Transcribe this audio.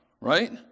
Right